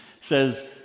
says